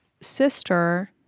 sister